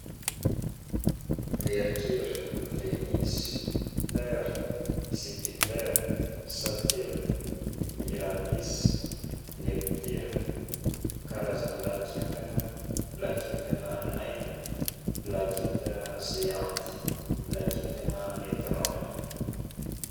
Mercure, venis, terre, jupitere, saturne, uranus, nepturne, karazagna lakitagna: lakitagna naine, geante, netrone